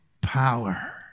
power